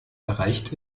erreicht